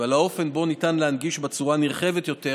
ועל האופן שבו ניתן להנגיש בצורה נרחבת יותר